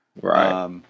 Right